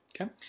Okay